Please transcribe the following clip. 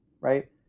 right